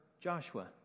Joshua